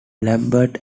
lambert